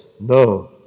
no